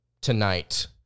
tonight